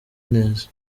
neza